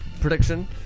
prediction